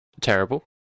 terrible